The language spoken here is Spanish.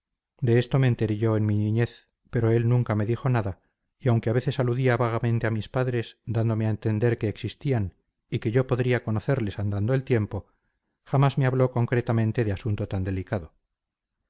de esto me enteré yo en mi niñez pero él nunca me dijo nada y aunque a veces aludía vagamente a mis padres dándome a entender que existían y que yo podría conocerles andando el tiempo jamás me habló concretamente de asunto tan delicado